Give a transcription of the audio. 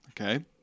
Okay